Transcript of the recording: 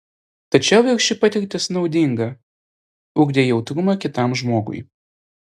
tačiau ir ši patirtis naudinga ugdė jautrumą kitam žmogui